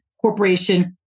corporation